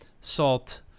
salt